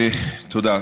תודה.